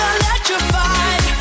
electrified